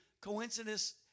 coincidence